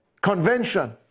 convention